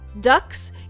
Ducks